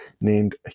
named